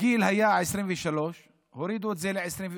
הגיל היה 23 והורידו את זה ל-21,